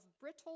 brittle